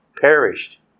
perished